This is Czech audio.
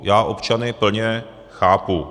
Já občany plně chápu.